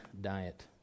diet